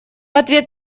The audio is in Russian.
ответ